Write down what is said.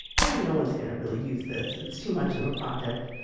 yeah no one's going to really use this. it's too much of a project.